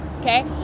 okay